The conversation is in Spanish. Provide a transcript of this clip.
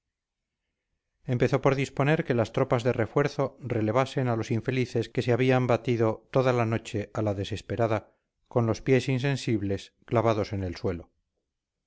empezó por disponer que las tropas de refuerzo relevasen a los infelices que se habían batido toda la noche a la desesperada con los pies insensibles clavados en el suelo